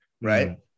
right